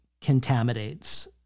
contaminates